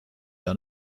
have